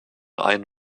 einen